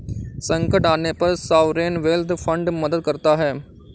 संकट आने पर सॉवरेन वेल्थ फंड मदद करता है